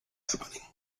happening